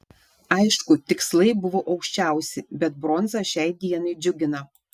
aišku tikslai buvo aukščiausi bet bronza šiai dienai džiugina